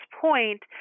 point